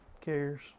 cares